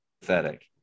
pathetic